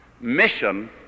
Mission